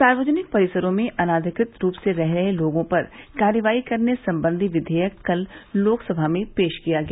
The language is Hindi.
सार्वजनिक परिसरों में अनधिकृत रूप से रह रहे लोगों पर कार्रवाई करने संबंधी विधेयक कल लोकसभा में पेश किया गया